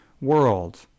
world